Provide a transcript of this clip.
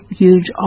huge